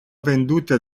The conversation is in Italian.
vendute